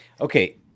okay